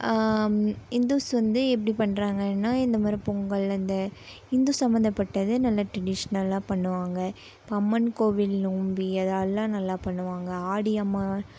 Hindus வந்து எப்படி பண்ணுறாங்கனா இந்த மாதிரி பொங்கல் அந்த இந்து சம்மந்தப்பட்டது நல்ல ட்ரெடிஷனலாக பண்ணுவாங்க இப்போ அம்மன் கோவில் நோம்பி அது எல்லாம் நல்லா பண்ணுவாங்க ஆடி அமாவாசை